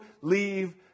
leave